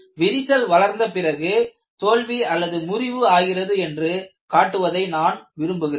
விரிசல் வளர்ந்த பிறகு தோல்விமுறிவு ஆகிறது என்று காட்டுவதை நான் விரும்புகிறேன்